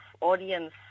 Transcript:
audience